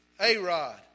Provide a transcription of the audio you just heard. A-Rod